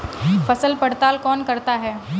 फसल पड़ताल कौन करता है?